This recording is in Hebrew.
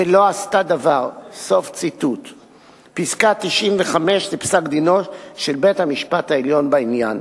ולא עשתה דבר" פסקה 95 מפסק-דינו של בית-המשפט העליון בעניין.